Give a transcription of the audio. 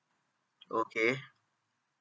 okay